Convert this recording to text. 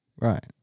Right